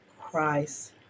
christ